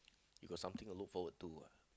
you got something to look forward to what